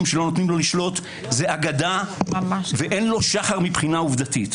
שלא נותנים לו לשלוט זו אגדה ואין שחר עובדתית.